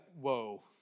whoa